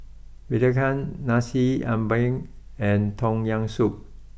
Belacan Nasi Ambeng and Tom Yam Soup